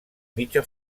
mitja